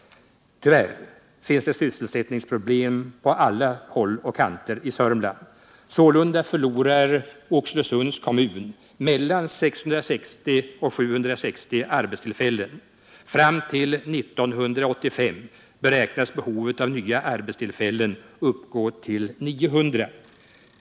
Tyvärr finns det sysselsättningsproblem på alla håll och kanter i Sörmland. Sålunda förlorar Oxelösunds kommun mellan 660 och 760 arbetstillfällen. Fram till 1985 beräknas behovet av nya arbetstillfällen till 900.